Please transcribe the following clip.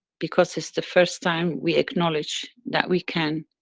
because it's the first time we acknowledge that we can